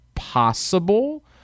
Possible